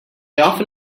often